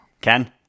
ken